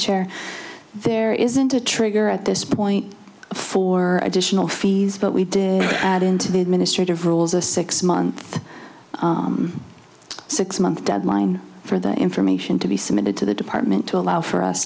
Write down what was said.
chair there isn't a trigger at this point for additional fees but we did add into the administrative rules a six month six month deadline for the information to be submitted to the department to allow for us